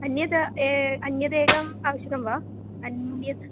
अन्यत् ए अन्यदेकम् आवश्यकं वा अन्यत्